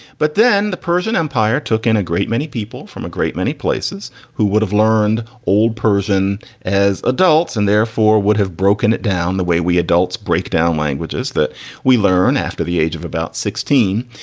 but then the persian empire took in a great many people from a great many places who would have learned old persian as adults and therefore would have broken it down the way we adults breakdown languages that we learn after the age of about sixteen.